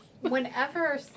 Whenever